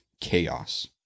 chaos